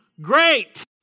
great